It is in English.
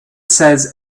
says